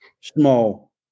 small